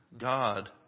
God